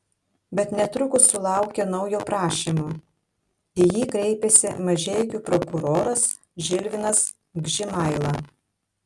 bet netrukus sulaukė naujo prašymo į jį kreipėsi mažeikių prokuroras žilvinas gžimaila